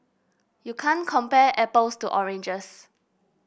you can't compare apples to oranges